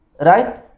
Right